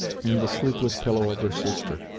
and the sleepless pillow of her sister.